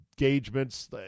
engagements